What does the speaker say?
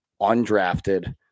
undrafted